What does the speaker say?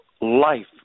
life